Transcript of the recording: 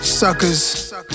suckers